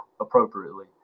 appropriately